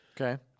Okay